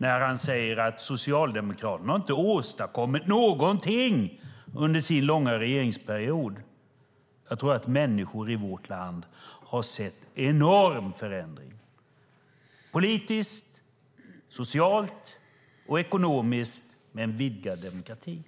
Han säger att Socialdemokraterna inte har åstadkommit någonting under sin långa regeringsperiod. Jag tror att människor i vårt land har sett en enorm förändring politiskt, socialt och ekonomiskt med en vidgad demokrati.